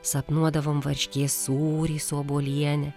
sapnuodavom varškės sūrį su obuoliene